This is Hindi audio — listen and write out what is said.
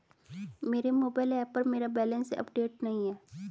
मेरे मोबाइल ऐप पर मेरा बैलेंस अपडेट नहीं है